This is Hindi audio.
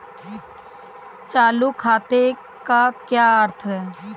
चालू खाते का क्या अर्थ है?